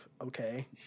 okay